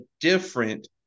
different